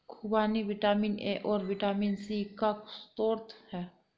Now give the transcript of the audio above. खूबानी vitamin A और vitamin C का स्रोत है